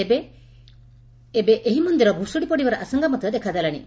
ମାତ୍ର ଏବେ ଏହି ମନ୍ଦିର ଭୁଶୁଡ଼ି ପଡ଼ିବାର ଆଶଙ୍କା ମଧ୍ଧ ଦେଖାଦେଲାଣି